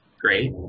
Great